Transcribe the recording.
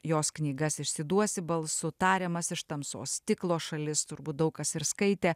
jos knygas išsiduosi balsu tariamas iš tamsos stiklo šalis turbūt daug kas ir skaitė